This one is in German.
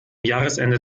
jahresende